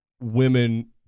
women